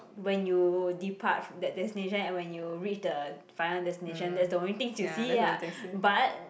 when you depart fr~ that destination and when you reach the final destination that's the only things you see ah but